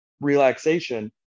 relaxation